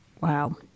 Wow